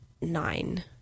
nine